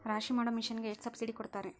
ರಾಶಿ ಮಾಡು ಮಿಷನ್ ಗೆ ಎಷ್ಟು ಸಬ್ಸಿಡಿ ಕೊಡ್ತಾರೆ?